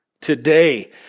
today